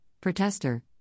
protester